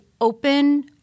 open